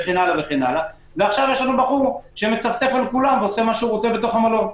ועכשיו יש לנו בחור שמצפצף על כולם ועושה מה שהוא רוצה בתוך המלון.